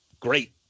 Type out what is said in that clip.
Great